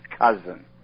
cousin